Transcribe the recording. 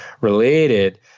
related